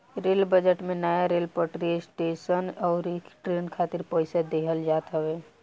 rail budget में नया rail पटरी, स्टेशन अउरी ट्रेन खातिर पईसा देहल जात हवे